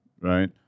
right